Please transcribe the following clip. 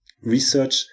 research